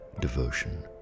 devotion